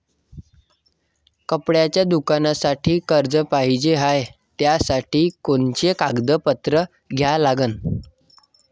कपड्याच्या दुकानासाठी कर्ज पाहिजे हाय, त्यासाठी कोनचे कागदपत्र द्या लागन?